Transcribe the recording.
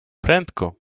prędko